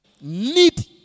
need